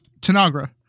Tanagra